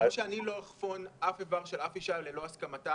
כפי שאני לא אחפון אף איבר של אף אישה ללא הסכמתה,